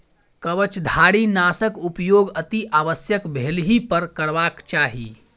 कवचधारीनाशक उपयोग अतिआवश्यक भेलहिपर करबाक चाहि